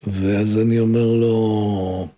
ואז אני אומר לו...